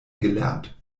gelernt